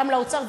גם לאוצר,